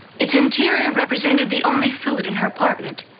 its interior represented the only food in her apartment.